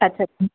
अच्छा